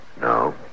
No